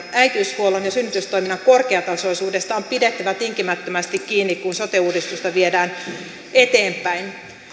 äitiyshuollon ja synnytystoiminnan korkeatasoisuudesta on pidettävä tinkimättömästi kiinni kun sote uudistusta viedään eteenpäin